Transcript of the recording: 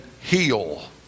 heal